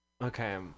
Okay